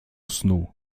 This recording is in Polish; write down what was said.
snu